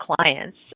clients